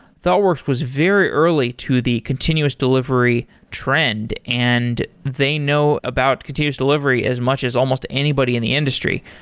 thoughtworks was very early to the continuous delivery trend and they know about continues delivery as much as almost anybody in the industry.